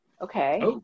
okay